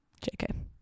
jk